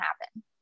happen